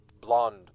blonde